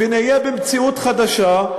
ונהיה במציאות חדשה.